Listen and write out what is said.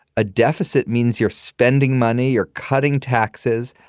a deficit means you're spending money, you're cutting taxes.